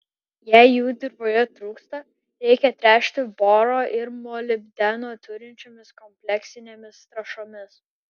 jei jų dirvoje trūksta reikia tręšti boro ir molibdeno turinčiomis kompleksinėmis trąšomis